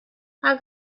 how